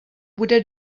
bude